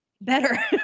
better